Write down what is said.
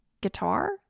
Guitar